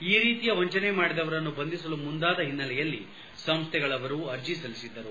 ಈ ರೀತಿಯ ವಂಚನೆ ಮಾಡಿದವರನ್ನು ಬಂಧಿಸಲು ಮುಂದಾದ ಹಿನ್ನೆಲೆಯಲ್ಲಿ ಸಂಸ್ಲೆಗಳವರು ಅರ್ಜಿ ಸಲ್ಲಿಸಿದ್ದರು